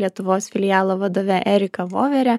lietuvos filialo vadove erika vovere